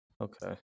Okay